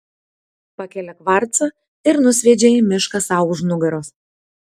pakelia kvarcą ir nusviedžia į mišką sau už nugaros